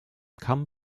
kamm